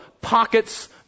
pockets